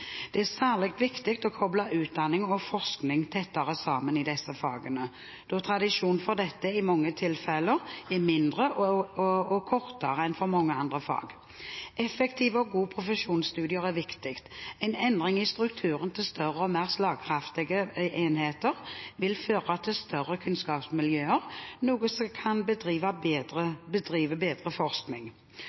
Det er særlig viktig å koble utdanning og forskning tettere sammen i disse fagene, da tradisjonen for dette i mange tilfeller er mindre og kortere enn for mange andre fag. Effektive og gode profesjonsstudier er viktig. En endring i strukturen til større og mer slagkraftige enheter vil føre til større kunnskapsmiljøer, som kan bedrive bedre forskning.